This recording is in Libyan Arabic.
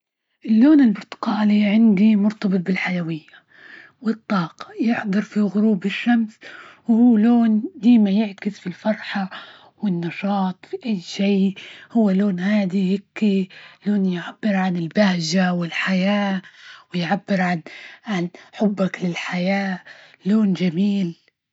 اللون البرتقالي عندي مرتبط بالحيوية والطاقة، يحضر في غروب الشمس، وهو لون ديما يعكس في الفرحة والنشاط في أي شي، هو لون هادي هيكي لون يعبر عن البهجة والحياة، ويعبر عن حبك للحياة، لون جميل.